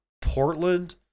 Portland